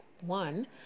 One